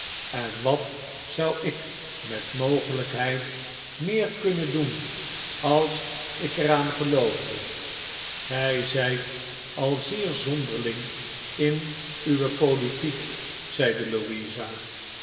en wat zou ik met mogelijkheid meer kunnen doen als ik er aan geloofde gij zijt al zeer zonderling in uwepolitiek zeide louisa